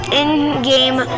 in-game